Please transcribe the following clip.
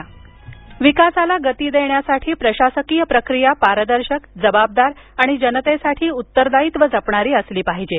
पंतप्रधान विकासाला गती देण्यासाठी प्रशासकीय प्रक्रिया पारदर्शक जबाबदार आणि जनतेसाठी उत्तरदायित्व जपणारी असणारी असली पाहिजे